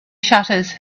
shutters